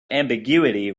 ambiguity